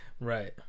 Right